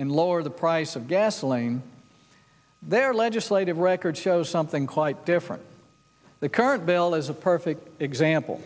and lower the price of gasoline their legislative record shows something quite different the current bill is a perfect example